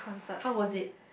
how was it